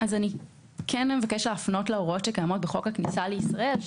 אני אבקש להפנות להוראות שקיימות בחוק הכניסה לישראל.